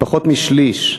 פחות משליש.